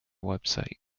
website